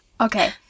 Okay